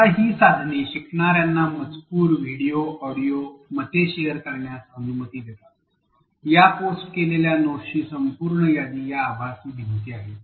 आता ही साधने शिकणार्यांना मजकूर व्हिडिओ ऑडिओ मते शेअर करण्यास अनुमती देतात या पोस्ट केलेल्या नोट्सची संपूर्ण यादी या आभासी भिंती आहेत